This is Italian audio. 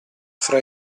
fra